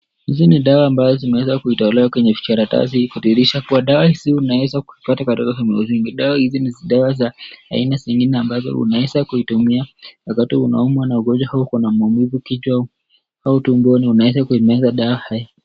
Hizi ni dawa ambazo zinaweza kutelewa karatasi kwenye dirisha, dawa hizi ni dawa ya aina nyingi ambazo unaweza kuitumia wakati na ugonjwa au wakati ukona maumivu kichwa, au tumbo unaweza kuimeza dawa haya.